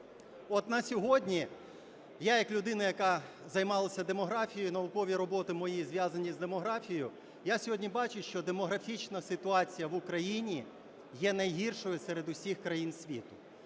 от на сьогодні я як людина, яка займалася демографією, наукові роботи мої зв'язані з демографією, я сьогодні бачу, що демографічна ситуація в Україні є найгіршою серед усіх країн світу.